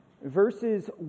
Verses